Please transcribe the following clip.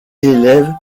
élève